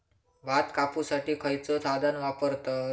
भात कापुसाठी खैयचो साधन वापरतत?